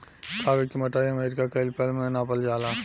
कागज के मोटाई अमेरिका कैलिपर में नापल जाला